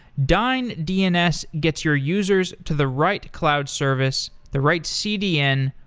dyn dns gets your users to the right cloud service, the right cdn,